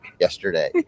yesterday